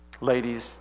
Ladies